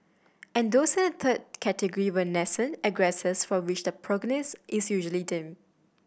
and those in a third category were nascent aggressors for which the prognosis is usually dim